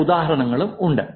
ചില ഉദാഹരണങ്ങളും ഉണ്ട്